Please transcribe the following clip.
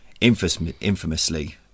infamously